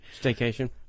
Staycation